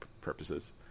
purposes